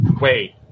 Wait